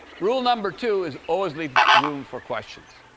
rule number two is always leave room for questions.